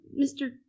Mr